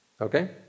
Okay